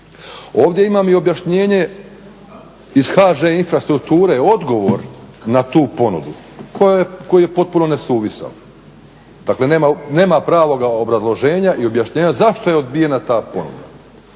Ovdje imam i objašnjenje iz HŽ Infrastrukture odgovor na tu ponudu koji je potpuno nesuvisao, dakle nema pravoga obrazloženja i objašnjenja zašto je odbijena ta ponuda